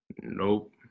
Nope